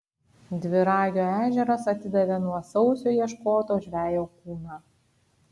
dviragio ežeras atidavė nuo sausio ieškoto žvejo kūną